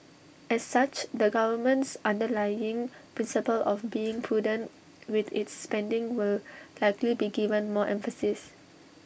as such the government's underlying principle of being prudent with its spending will likely be given more emphasis